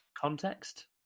context